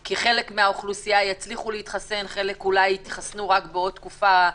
כי חלק מהאוכלוסייה יתחסנו רק בעוד תקופה,